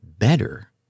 Better